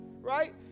right